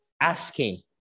asking